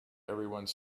everyone